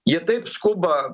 jie taip skuba